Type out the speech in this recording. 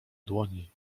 dłoni